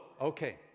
okay